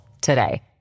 today